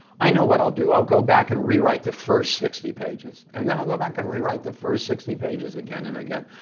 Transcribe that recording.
know what i'll do? i'll go back and rewrite the first sixty pages! and then i'll go back and rewrite the first sixty pages again and again.